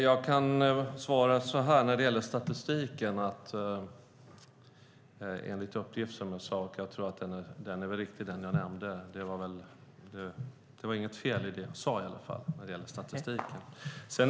Herr talman! Jag tror att den uppgift jag nämnde när det gäller statistiken är riktig. Det var i alla fall inget fel i det jag sade om statistiken.